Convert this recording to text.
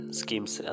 schemes